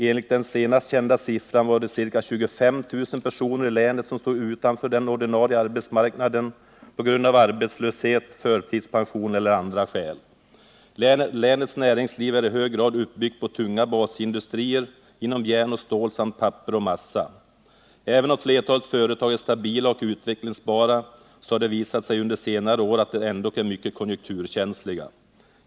Enligt den senast kända siffran var det ca 25 000 personer i länet som stod utanför den ordinarie arbetsmarknaden på grund av arbetslöshet, förtidspension eller av andra skäl. Länets näringsliv är i hög grad uppbyggt på tunga basindustrier inom järn och stål samt papper och massa. Även om flertalet företag är stabila och utvecklingsbara, så har det visat sig under senare år att de ändock är mycket konjunkturkänsliga.